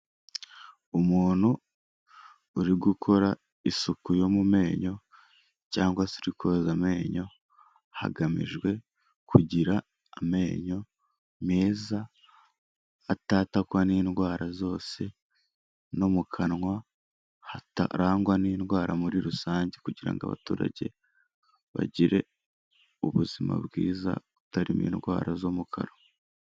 Umuntu uri gukora isuku yo mu menyo cyangwa se uri koza amenyo, hagamijwe kugira amenyo meza atatakwa n'indwara zose no mu kanwa hatarangwa n'indwara muri rusange kugira ngo abaturage bagire ubuzima bwiza, butarimo indwara zo mu kanwa.